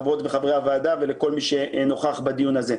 חברות וחברי הוועדה ולכל מי שנוכח בדיון הזה.